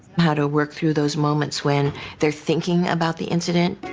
how to work through those moments when they're thinking about the incident.